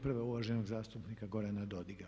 Prva je uvaženog zastupnika Gorana Dodiga.